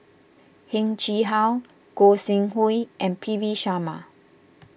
Heng Chee How Gog Sing Hooi and P V Sharma